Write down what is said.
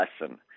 lesson